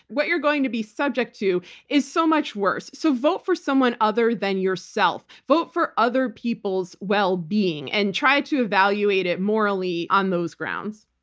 what you're going to be subject to is so much worse, so vote for someone other than yourself. vote for other people's wellbeing and try to evaluate it morally on those grounds.